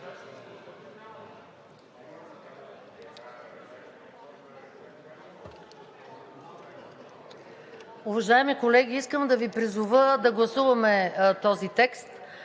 Уважаеми колеги, искам да Ви призова да гласуваме този текст,